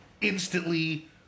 Instantly